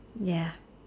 ya